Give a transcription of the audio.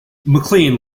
maclean